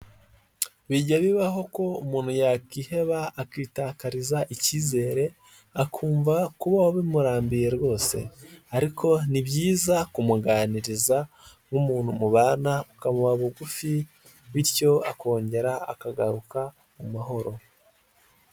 Bijya bibaho ko umuntu yakwiheba akitakariza icyizere akumva kubaho bimurambiye rwose ariko ni byiza kumuganiriza nk'umuntu mubana ukamuba bugufi bityo akongera akagaruka mu mahoro.